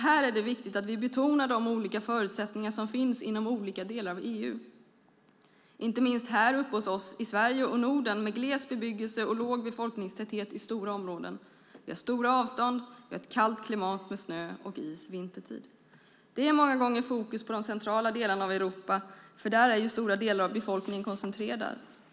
Här är det viktigt att vi betonar de olika förutsättningar som finns inom olika delar av EU, inte minst här uppe hos oss i Sverige och Norden med gles bebyggelse och låg befolkningstäthet i stora områden, med stora avstånd och ett kallt klimat med snö och is vintertid. Det är många gånger fokus på de centrala delarna av Europa, för där är stora delar av befolkningen koncentrerad.